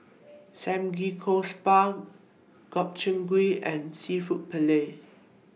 Samgyeopsal Gobchang Gui and Seafood Paella